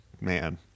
Man